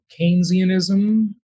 Keynesianism